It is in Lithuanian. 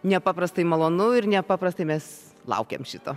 nepaprastai malonu ir nepaprastai mes laukėm šito